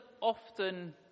often